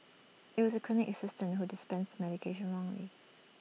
IT was the clinic assistant who dispensed medication wrongly